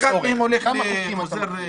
כמה חוקים אתה מכיר שחוקקו אותם לא בגלל צורך?